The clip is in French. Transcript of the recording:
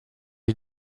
est